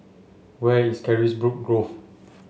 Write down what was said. where is Carisbrooke Grove